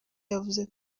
yavuze